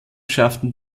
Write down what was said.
schafften